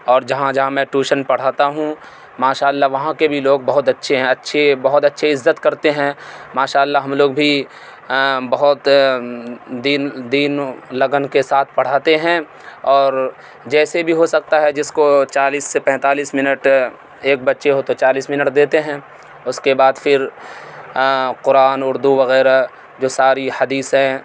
اور جہاں جہاں میں ٹیوشن پڑھاتا ہوں ماشاء اللہ وہاں کے بھی لوگ بہت اچھے ہیں اچھے بہت اچھے عزت کرتے ہیں ماشاء اللہ ہم لوگ بھی بہت دین دین لگن کے ساتھ پڑھاتے ہیں اور جیسے بھی ہو سکتا ہے جس کو چالیس سے پینتالیس منٹ ایک بچے ہو تو چالیس منٹ دیتے ہیں اس کے بعد پھر قرآن اردو وغیرہ جو ساری حدیثیں